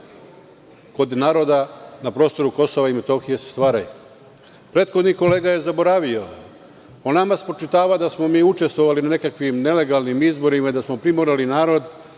kod naroda na prostoru KiM se stvaraju. Prethodni kolega je zaboravio, on nama spočitava da smo mi učestvovali u nekakvim nelegalnim izborima, da smo primorali narod.